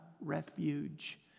refuge